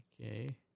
okay